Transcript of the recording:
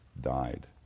died